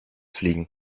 fliegen